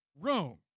room